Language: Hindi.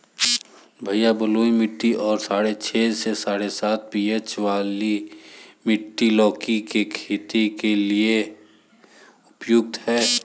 भैया बलुई मिट्टी और साढ़े छह से साढ़े सात पी.एच वाली मिट्टी लौकी की खेती के लिए उपयुक्त है